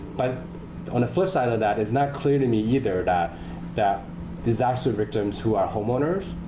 but on the flip side of that, it's not clear to me either that that disaster victims who are homeowners,